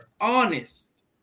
honest